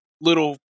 little